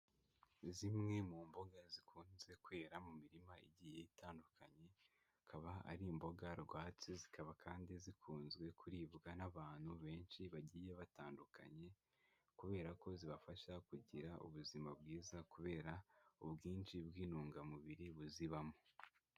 Zimwe mu mboga zikunze kwera mu mirima igiye itandukanye, akaba ari imboga rwatsi, zikaba kandi zikunzwe kuribwa n'abantu benshi bagiye batandukanye kubera ko zibafasha kugira ubuzima bwiza kubera ubwinshi bw'intungamubiri buzibamo.